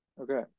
Okay